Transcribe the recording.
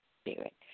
Spirit